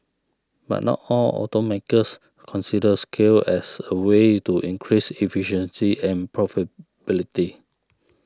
but not all automakers consider scale as a way to increased efficiency and profitability